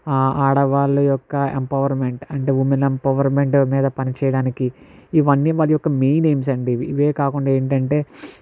ఆడవాళ్ళ యొక్క ఎంపవర్మెంట్ అంటే ఉమెన్ ఎంపవర్మెంట్ మీద పనిచేయడానికి ఇవన్నీ వారి యొక్క మెయిన్ ఎయిమ్స్ అండి ఇవే కాకుండా ఏంటంటే